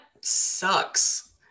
sucks